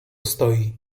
stoi